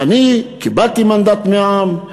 אני קיבלתי מנדט מהעם,